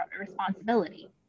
responsibility